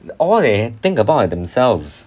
all they think about are themselves